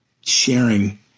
sharing